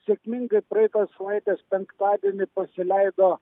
sėkmingai praeitos savaitės penktadienį pasileido